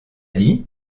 dit